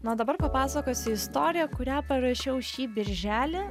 na o dabar papasakosiu istoriją kurią parašiau šį birželį